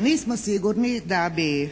nismo sigurni da bi